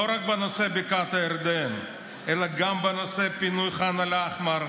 לא רק בנושא בקעת הירדן אלא גם בנושא פינוי ח'אן אל-אחמר,